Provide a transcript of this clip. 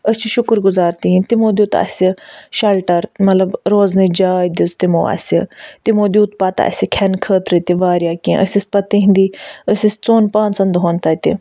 أسۍ چھِ شکر گُزار تِہنٛدۍ تِمو دیٛوت اسہِ شَلٹر مطلب روزنٕچۍ جاے دِژ تِمو اسہِ تِمو دیٛوت پَتہٕ اسہِ کھیٚنہٕ خٲطرٕ تہِ واریاہ کیٚنٛہہ أسۍ ٲسۍ پَتہٕ تِہنٛدیٚے أسۍ ٲسۍ ژۄن پانٛژَن دۄہَن تَتہِ